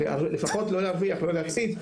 לפחות לא להרוויח ולא להפסיד,